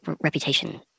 reputation